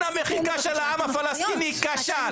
ניסיון המחיקה של העם הפלסטיני כשל.